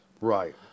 Right